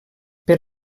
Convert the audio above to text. per